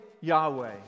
yahweh